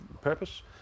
purpose